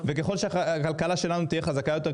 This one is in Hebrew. וככל שהכלכלה שלנו תהיה חזקה יותר,